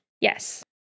Yes